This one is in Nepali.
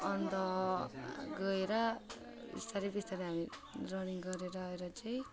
अन्त गएर बिस्तारै बिस्तारै हामी रनिङ गरेर आएर चाहिँ